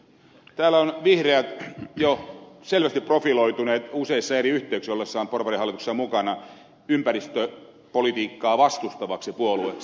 täällä ovat vihreät jo selvästi profiloituneet useissa eri yhteyksissä ollessaan porvarihallituksessa mukana ympäristöpolitiikkaa vastustavaksi puolueeksi